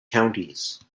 counties